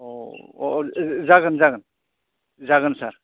अ अ जागोन जागोन जागोन सार